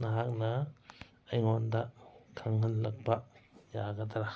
ꯅꯍꯥꯛꯅ ꯑꯩꯉꯣꯟꯗ ꯈꯪꯍꯟꯂꯛꯄ ꯌꯥꯒꯗ꯭ꯔꯥ